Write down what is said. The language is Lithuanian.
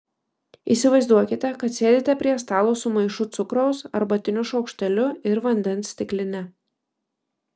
įsivaizduokite kad sėdite prie stalo su maišu cukraus arbatiniu šaukšteliu ir vandens stikline